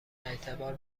اعتبار